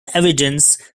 evidence